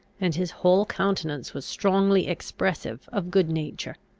and his whole countenance was strongly expressive of good-nature.